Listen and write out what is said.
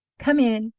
come in,